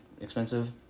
expensive